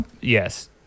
Yes